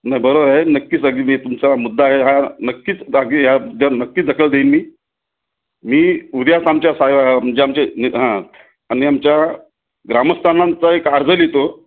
नाही बरोबर आहे नक्कीच अगदी मी तुमचा मुद्दा आहे हा नक्कीच बाकी ह्या मुद्द्यावर नक्कीच दखल देईन मी मी उद्याच आमच्या साय म्हणजे आमच्या नेत हां आणि आमच्या ग्रामस्थांना आमचा एक अर्ज लिहितो